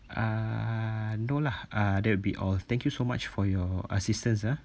uh no lah uh that'll be all thank you so much for your assistance ah